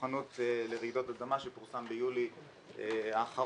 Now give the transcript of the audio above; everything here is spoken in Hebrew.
מוכנות לרעידות אדמה שפורסם ביולי האחרון.